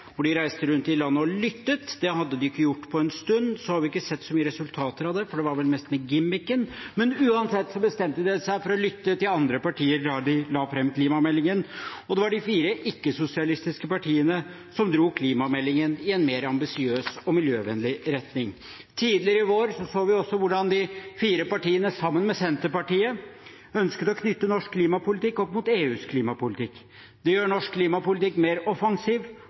hvor de reiste rundt i landet og lyttet. Det hadde de ikke gjort på en stund. Vi har ikke sett så mange resultater av det, for det var vel mest en gimmick, men uansett bestemte de seg for å lytte til andre partier da de la fram klimameldingen, og det var de fire ikke-sosialistiske partiene som dro klimameldingen i en mer ambisiøs og miljøvennlig retning. Tidligere i vår så vi også hvordan de fire partiene, sammen med Senterpartiet, ønsket å knytte norsk klimapolitikk opp mot EUs klimapolitikk. Det gjør norsk klimapolitikk mer offensiv,